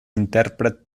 intèrpret